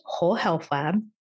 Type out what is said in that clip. wholehealthlab